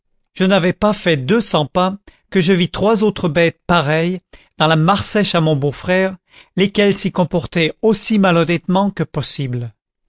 je n'avais pas fait deux cents pas que je vis trois autres bêtes pareilles dans la marsèche à mon beau-frère lesquelles s'y comportaient aussi malhonnêtement que possible